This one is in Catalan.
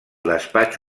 despatx